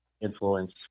influence